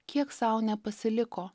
kiek sau nepasiliko